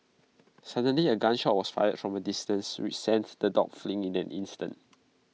suddenly A gun shot was fired from A distance which sent the dogs fleeing in an instant